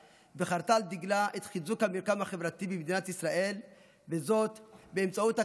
והיא חרתה על דגלה את חיזוק המרקם החברתי במדינת ישראל באמצעות הקמה,